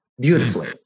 beautifully